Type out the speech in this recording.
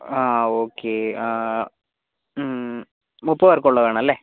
ആ ഓക്കെ ആ മ് മുപ്പത് പേർക്കുള്ളത് വേണം അല്ലേ